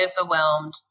overwhelmed